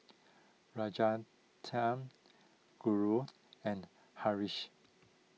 Rajaratnam Guru and Haresh